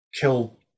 kill